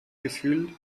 gefühl